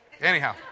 anyhow